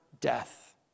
death